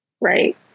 right